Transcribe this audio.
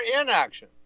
inaction